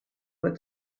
what